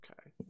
Okay